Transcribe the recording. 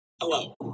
Hello